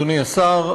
אדוני השר,